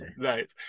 Right